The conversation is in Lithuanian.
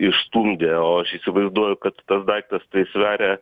išstumdė o aš įsivaizduoju kad tas daiktas tai sveria